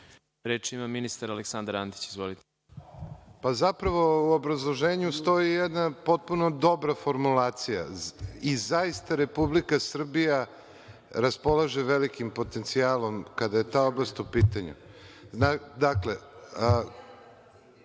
ima ministar Aleksandar Antić. Izvolite. **Aleksandar Antić** Zapravo, u obrazloženju stoji jedna potpuno dobra formulacija i zaista Republika Srbija raspolaže velikim potencijalom kada je ta oblast u pitanju.(Vjerica